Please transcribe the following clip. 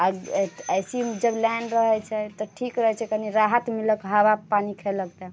आ एहि एहिसँ जब लाइन रहैत छै तऽ ठीक रहैत छै कनिए राहत मिलल हवा पानि खेलक तऽ